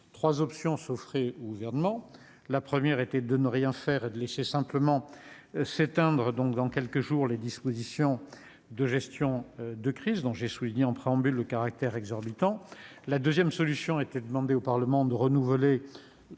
trois options s'offrent au Gouvernement : premièrement, ne rien faire et laisser s'éteindre- dans quelques jours, donc -les dispositions de gestion de crise, dont j'ai souligné en préambule le caractère exorbitant ; deuxièmement, demander au Parlement de renouveler